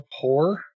poor